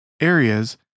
areas